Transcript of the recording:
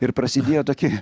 ir prasidėjo tokie